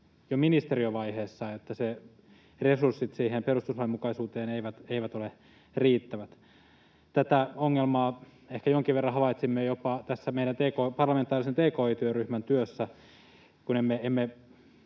jo ministeriövaiheessa, että resurssit siihen perustuslainmukaisuuden toteamiseen eivät ole riittävät. Tätä ongelmaa ehkä jonkin verran havaitsimme jopa tässä meidän parlamentaarisen tki-työryhmämme työssä. Kun emme